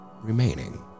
remaining